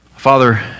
Father